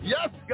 Yes